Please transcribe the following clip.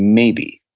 maybe.